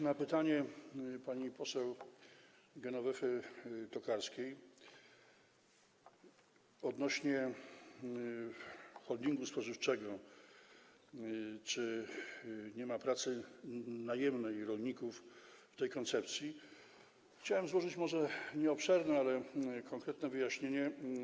na pytanie pani poseł Genowefy Tokarskiej odnośnie do holdingu spożywczego, tego, czy nie ma pracy najemnej rolników w ramach tej koncepcji, chciałem złożyć może nie obszerne, ale konkretne wyjaśnienie.